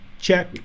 check